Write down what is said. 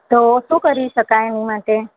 તો શું કરી શકાય એની માટે